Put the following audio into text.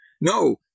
No